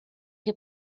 che